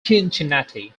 cincinnati